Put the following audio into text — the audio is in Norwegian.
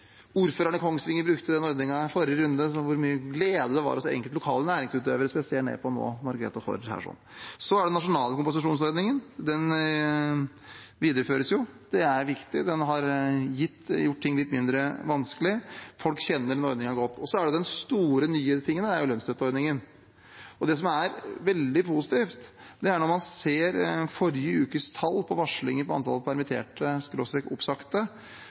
Kongsvinger brukte den ordningen i forrige runde og hvor mye glede det var hos enkelte lokale næringsutøvere, som vi ser mer av nå, når vi får vedtatt det her. Den nasjonale kompensasjonsordningen videreføres. Den er viktig, den har gjort ting litt mindre vanskelig. Folk kjenner den ordningen godt. Det store nye er lønnsstøtteordningen. Det som er veldig positivt, er at forrige ukes tall på varslinger om antall